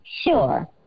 sure